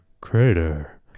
crater